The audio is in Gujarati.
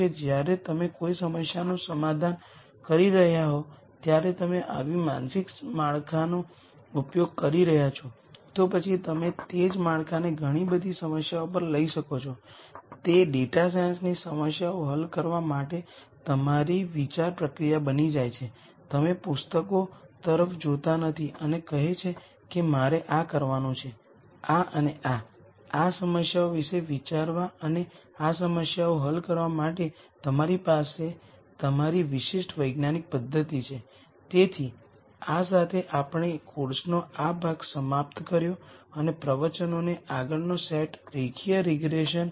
અને પહેલાનાં વ્યાખ્યાનોમાંથી આપણે તેમાંના કેટલાક ખ્યાલોને કેવી રીતે વિકસિત કરીએ છીએ તે ઘણી સારી લિનિયર એલ્જીબ્રા પુસ્તકોમાં મળી શકે છે જો કે અમારું ઉદ્દેશ્ય એ ઇજનેરો માટે ડેટા સાયન્સ પરના આ પ્રથમ કોર્સમાં ફરીથી અને ફરીથી ઉપયોગમાં લેવાના સૌથી અગત્યના ખ્યાલોને બહાર કાઢવાનો છે જ્યારે આપણે આગળનો કોર્સ શીખવીશું ત્યારે લિનિયર એલ્જીબ્રામાં વધુ અદ્યતન વિષયો આવરી લેવામાં આવશે